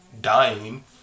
dying